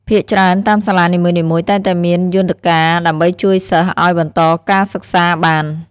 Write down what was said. ភាគច្រើន តាមសាលានីមួយៗតែងតែមានយន្តការដើម្បីជួយសិស្សឲ្យបន្តការសិក្សាបាន។